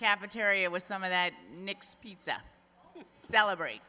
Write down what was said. cafeteria with some of that next pizza celebrate